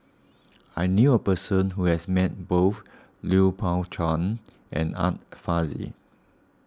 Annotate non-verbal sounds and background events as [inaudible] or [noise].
[noise] I knew a person who has met both Lui Pao Chuen and Art Fazil